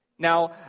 Now